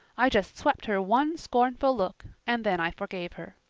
i just swept her one scornful look and then i forgave her.